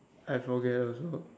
I forget also